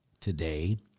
today